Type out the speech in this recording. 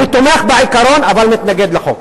אני תומך בעיקרון, אבל מתנגד לחוק.